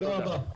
תודה רבה.